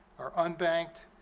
are unbanked,